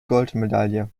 goldmedaille